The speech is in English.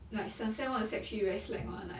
like sen~ sec one to sec three very slack [one] like